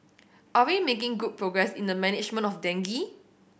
are we making good progress in the management of dengue